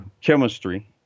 chemistry